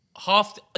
Half